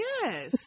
Yes